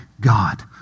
God